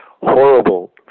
horrible